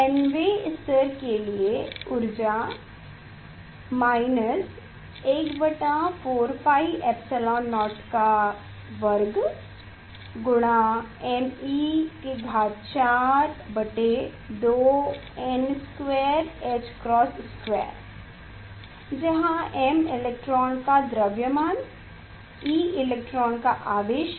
nवे स्तर के लिए ऊर्जा 14𝜋ε02 me42n2ħ2 जहाँ m इलेक्ट्रॉन का द्रव्यमान e इलेक्ट्रॉन का आवेश है